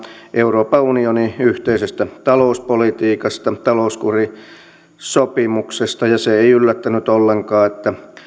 euroopan unionin yhteisestä talouspolitiikasta talouskurisopimuksesta se ei yllättänyt ollenkaan että